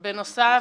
בנוסף,